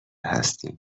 هستیم